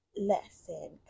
lesson